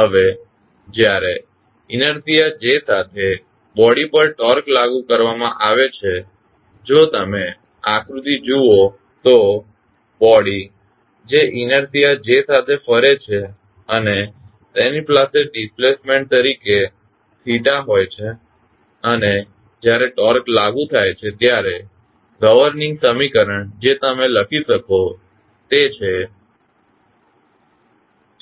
હવે જ્યારે inertia J સાથે બોડી પર ટોર્ક લાગુ કરવામાં આવે છે જો તમે આકૃતિ જુઓ તો બોડી જે ઇનેર્શીઆ J સાથે ફરે છે અને તેની પાસે ડિસ્પ્લેસમેન્ટ તરીકે હોય છે અને જ્યારે ટોર્ક લાગુ થાય છે ત્યારે ગવર્નીંગ સમીકરણ જે તમે લખી શકો છો તે છે